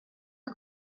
que